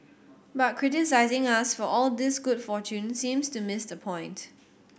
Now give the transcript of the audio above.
but criticising us for all this good fortune seems to miss the point